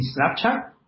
Snapchat